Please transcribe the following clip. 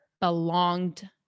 belonged